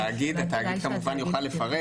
התאגיד כמובן יוכל לפרט,